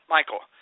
Michael